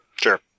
sure